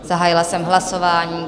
Zahájila jsem hlasování.